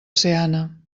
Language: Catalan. seana